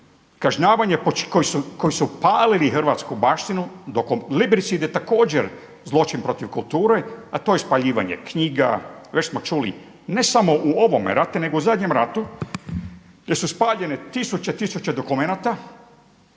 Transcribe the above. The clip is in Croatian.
kažnjavanje, koji su palili hrvatsku baštinu dok …/Govornik se ne razumije./… također zločin protiv kulture, a to je spaljivanje knjiga. Već smo čuli ne samo u ovome ratu, nego u zadnjem ratu gdje su spaljene tisuće, tisuće dokumenata